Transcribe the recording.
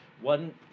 One